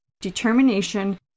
Determination